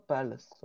Palace